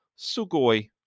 Sugoi